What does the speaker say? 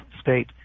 state